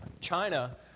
China